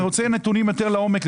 אנחנו רוצים נתונים יותר לעומק,